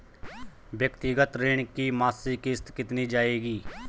व्यक्तिगत ऋण की मासिक किश्त कितनी आएगी?